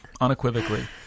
Unequivocally